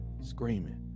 screaming